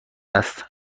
است